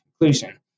conclusion